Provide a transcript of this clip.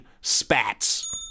spats